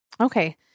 Okay